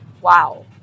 wow